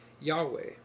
Yahweh